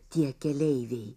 tie keleiviai